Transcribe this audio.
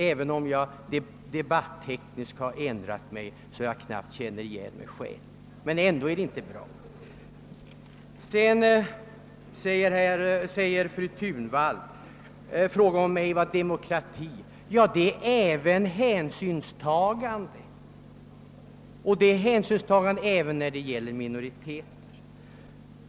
även om jag debattekniskt har ändrat mig så att jag knappt känner igen mig själv, så kan tydligen inte de socialdemokratiska debattmotståndarna acceptera mig. Fru Thunvall frågade mig vad demokrati är. Det är bl.a. hänsynstagande, även till minoriteter.